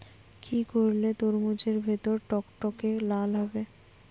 কি করলে তরমুজ এর ভেতর টকটকে লাল হবে?